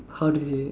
how do you say